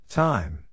time